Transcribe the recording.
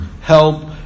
help